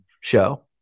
show